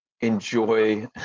enjoy